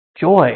joy